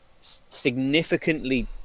significantly